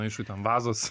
aišku ten vazos